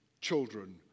children